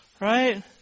right